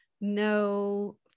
no